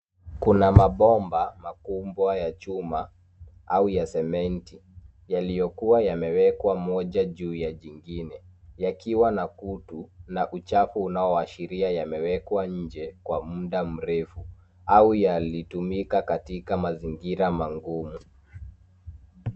Kuna mabomba makubwa ya chuma au ya sementi yaliyokuwa yamewekwa moja juu ya jingine, yakiwa na kutu na uchafu unaoashiria yamewekwa nje kwa mda mrefu au yalitumika katika mazingira magumu.